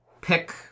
pick